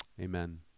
amen